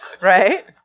Right